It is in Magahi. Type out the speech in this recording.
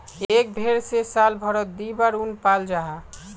एक भेर से साल भारोत दी बार उन पाल जाहा